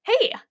Hey